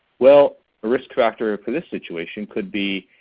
well a risk factor for this situation could be,